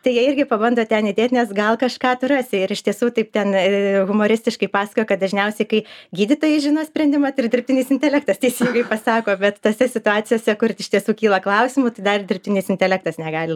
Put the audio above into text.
tai jie irgi pabandė ten įdėt nes gal kažką atrasi ir iš tiesų taip ten ir humoristiškai pasakojo kad dažniausiai kai gydytojai žino sprendimą tai ir dirbtinis intelektas teisingai pasako bet tose situacijose kur iš tiesų kyla klausimų tai dar dirbtinis intelektas negali